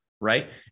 right